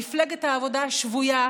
מפלגת העבודה שבויה,